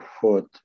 foot